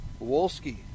Wolski